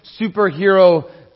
superhero